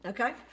Okay